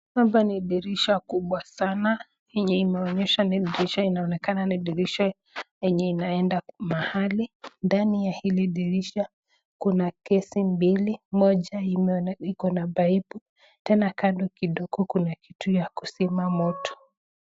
Hapa ni dirisha kubwa sana, yenye inaonyesha ni dirisha yenye inaenda mahali, ndani ya dirisha hili kuna kesi mbili, moja ikona paipu na tena kando kidogo kuna kitu ya kuzima moto.